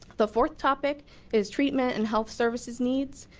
the fourth topic is treatment and health services needs.